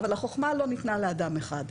אבל החוכמה לא ניתנה לאדם אחד.